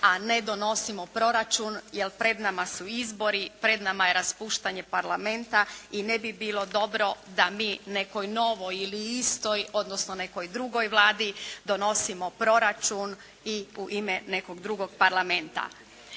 a ne donosimo proračun jer pred nama su izbori, pred nama je raspuštanje parlamenta i ne bi bilo dobro da mi nekoj novoj ili istoj odnosno nekoj drugoj Vladi donosimo proračun i u ime nekog drugog parlamenta.